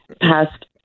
past